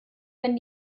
wenn